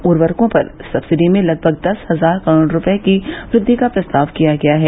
उर्वरकों पर सब्सिडी में लगभग दस हजार करोड़ रूपये की वृद्वि का प्रस्ताव किया गया है